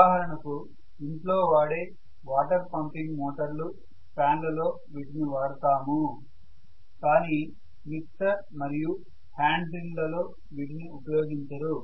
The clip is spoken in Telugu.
ఉదాహరణకు ఇంట్లో వాడే వాటర్ పంపింగ్ మోటార్లు ఫ్యాన్ లలో వీటిని వాడుతాము కానీ మిక్సర్ మరియు హ్యాండ్ డ్రిల్ లలో వీటిని ఉపయోగించరు